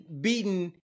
beaten